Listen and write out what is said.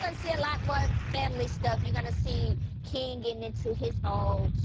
and see a lot more family stuff. you're gonna see king gettin' into his own,